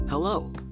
Hello